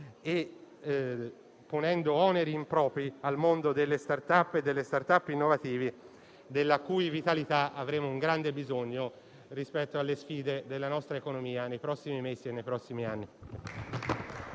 e ponendo oneri impropri al mondo delle *start-up* e delle *start-up,* innovative della cui vitalità avremo un grande bisogno rispetto alle sfide della nostra economia nei prossimi mesi e anni.